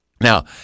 Now